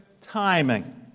timing